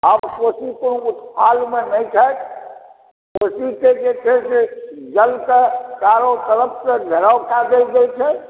आब कोशी ओ हाल मे नहि छथि कोशी के जे छै से जल के चारो तरफ सऽ घेराव कऽ देल गेल छै